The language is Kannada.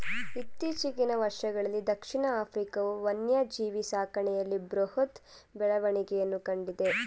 ಇತ್ತೀಚಿನ ವರ್ಷಗಳಲ್ಲೀ ದಕ್ಷಿಣ ಆಫ್ರಿಕಾವು ವನ್ಯಜೀವಿ ಸಾಕಣೆಯಲ್ಲಿ ಬೃಹತ್ ಬೆಳವಣಿಗೆಯನ್ನು ಕಂಡಿದೆ